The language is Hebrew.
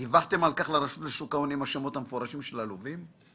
דיווחתם על כך לרשות שוק ההון עם השמות המפורשים של הלווים?